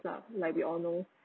stuff like we all know